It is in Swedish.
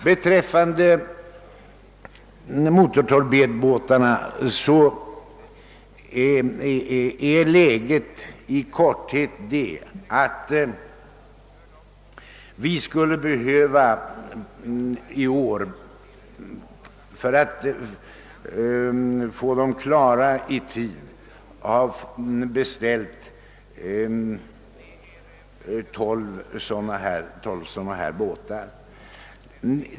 Beträffande motortorpedbåtarna skulle alltså tolv stycken behövas för att antalet skulle bli någorlunda rimligt.